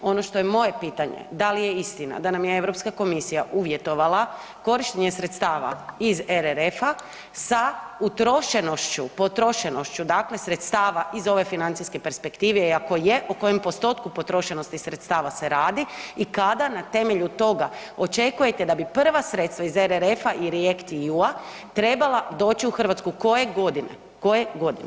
Ono što je moje pitanje, da li je istina da nam je Europska komisija uvjetovala korištenje sredstava iz RRF-a sa utrošenošću, potrošenošću, dakle sredstava iz ove financijske perspektive i ako je o kojem postotku potrošenosti sredstava se radi i kada na temelju toga očekujete da bi prva sredstava iz RRF-a i REACT-EU trebala doći u Hrvatsku, koje godine, koje godine?